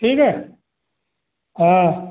ठीक है हाँ